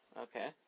Okay